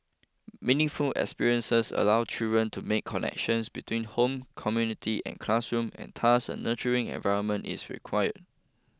meaningful experiences allow children to make connections between home community and classroom and thus a nurturing environment is required